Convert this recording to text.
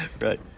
right